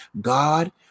God